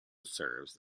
serves